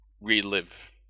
relive